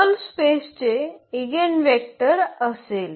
null स्पेसचे eigenvector असेल